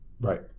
Right